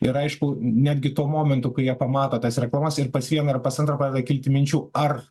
ir aišku netgi tuo momentu kai jie pamato tas reklamas ir pas vieną ir pas antrą pradeda kilti minčių ar